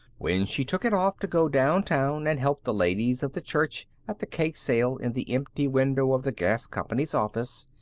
when she took it off to go downtown and help the ladies of the church at the cake sale in the empty window of the gas company's office,